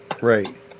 Right